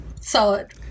Solid